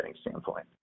standpoint